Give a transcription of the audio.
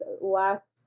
last